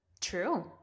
True